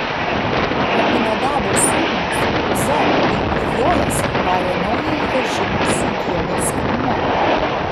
abinadabo sūnūs uza ir achjojas varė naująjį vežimą su dievo skrynia